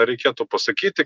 reikėtų pasakyti